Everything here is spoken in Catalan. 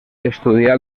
estudià